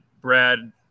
Brad